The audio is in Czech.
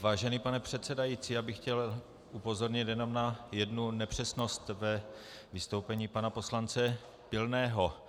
Vážený pane předsedající, já bych chtěl upozornit jenom na jednu nepřesnost ve vystoupení pana poslance Pilného.